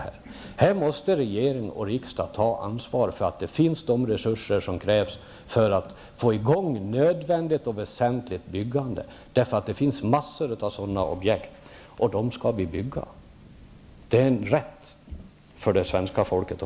Här måste regering och riksdag ta ansvar och se till att det finns de resurser som krävs för att få i gång nödvändigt och väsentligt byggande. Det finns en mängd objekt, och vi skall bygga. Det är en rätt för det svenska folket.